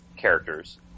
characters